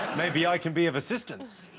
maybe i can be of assistance